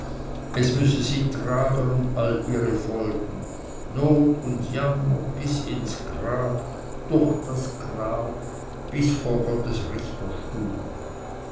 es müsse sie tragen und alle ihre folgen not und jammer bis ins grab durch das grab bis vor gottes richterstuhl